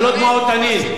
זה לא דמעות תנין.